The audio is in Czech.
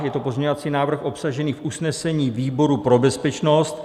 Je to pozměňovací návrh obsažený v usnesení výboru pro bezpečnost.